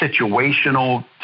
situational